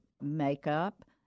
makeup